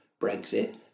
Brexit